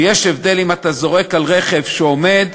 ויש הבדל אם אתה זורק על רכב שעומד,